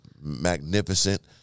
magnificent